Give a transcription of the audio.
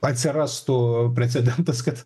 atsirastų precedentas kad